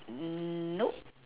nope